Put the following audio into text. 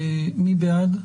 מי בעד?